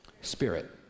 Spirit